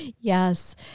Yes